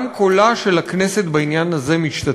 גם קולה של הכנסת בעניין הזה משתתק,